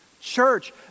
Church